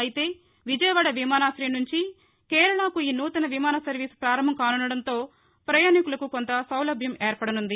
అయితే విజయవాడ విమానాశయం నుంచి కేరళకు ఈ నూతన విమాన సర్వీసు ప్రారంభం కానుండడంతో పయాణీకులకు కొంత సౌలభ్యం ఏర్పడనుంది